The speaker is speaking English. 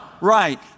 Right